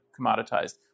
commoditized